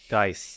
Guys